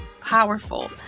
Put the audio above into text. powerful